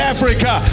Africa